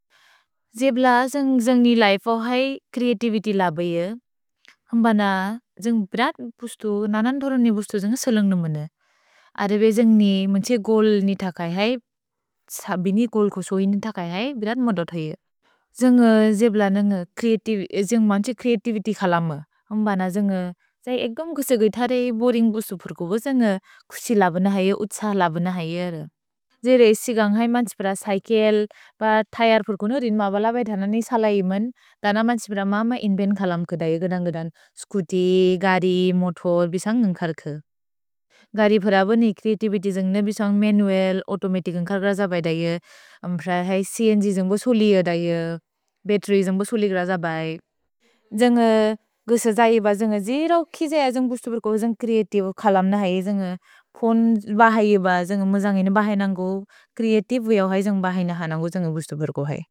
जेब्ल जन्ग् जन्ग्नि लैफो है क्रेअतिविति लबैअ। हुम्बन जन्ग् बिरत् पुस्तु, ननन् धोरोन् नि पुस्तु जन्ग् सलुन्ग्नु मन। अद्रेबे जन्ग्नि मन्छे गोल् नि थकैअ है। सबिनि गोल् को सोहि नि थकैअ है, बिरत् मोद थैअ। जन्ग् जेब्ल नन्ग् मन्छे क्रेअतिविति खलम। हुम्बन जन्ग् एक्गम् कुसेगुइ थरे बोरिन्ग् पुस्तु फुर्को बो। जन्ग् कुसि लबन है, उत्स लबन है। जेरे इसि गन्ग् है मन्छे प्रा सैकेल्, थैअर् फुर्को, नोरिन् मबल बैथन नि सलै मन्, दन मन्छे प्रा मम इन्बीन् खलम् के दये। स्कुति, गरि, मोतोर्, बिसन्ग् न्गकर्क। गरि फुर बोनि क्रेअतिविति बिसन्ग् मनुअल्, औतोमतिच् न्गकर्क जबै दये। अम्प्र है छ्न्ग् जन्ग् बो सोलिये दये, बत्तेर्य् जन्ग् बो सोलिये जबै। जन्ग् गेस जैब, जन्ग् जिरव् कि जय जन्ग् पुस्तु फुर्को, जन्ग् क्रेअतिव खलम्न है, जन्ग् फोने बहयेब, जन्ग् मजन्गिने बहयेनन्गो, क्रेअतिव है, जन्ग् बहयेन हनन्गो, जन्ग् पुस्तु फुर्को है।